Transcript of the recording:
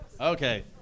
Okay